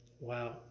wow